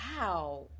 wow